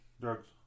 drugs